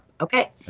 Okay